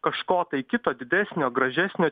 kažko tai kito didesnio gražesnio